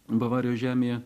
bavarijos žemėje